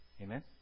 Amen